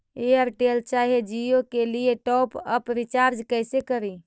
Airtel चाहे जियो के लिए टॉप अप रिचार्ज़ कैसे करी?